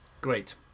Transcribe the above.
Great